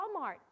Walmart